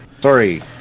Sorry